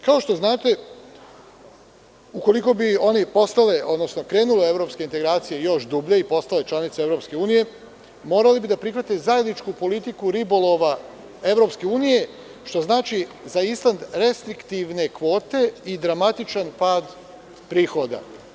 Kao što znate, ukoliko bi oni postale, odnosno krenule evropske integracije još dublje i postale članice EU, morali bi da prihvate zajedničku politiku ribolova EU, što znači za Island restriktikvne kvote i dramatičan pad prihoda.